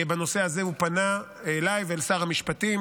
בנושא הזה הוא פנה אליי ואל שר המשפטים,